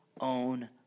own